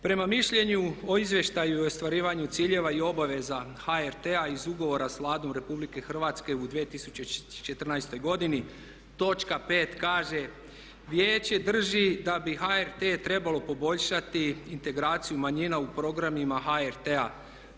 Prema mišljenju o izvještaju i ostvarivanju ciljeva i obaveza HRT-a iz ugovora s Vladom RH u 2014.godini točka 5.kaže Vijeće drži da bi HRT trebalo poboljšati integraciju manjina u programima HRT-a.